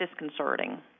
disconcerting